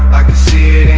i could see